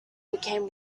became